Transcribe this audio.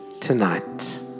tonight